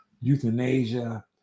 euthanasia